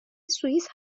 سوئیس